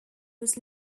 was